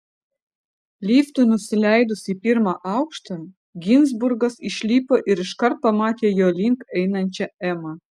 liftui nusileidus į pirmą aukštą ginzburgas išlipo ir iškart pamatė jo link einančią emą